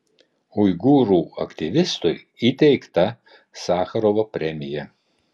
uigūrų aktyvistui įteikta sacharovo premija